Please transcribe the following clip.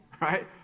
Right